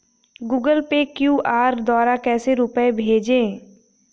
Google Pay QR द्वारा कैसे रूपए भेजें?